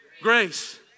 Grace